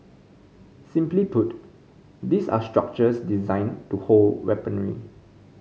simply put these are structures designed to hold weaponry